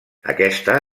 aquesta